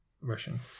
Russian